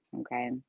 okay